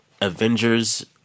Avengers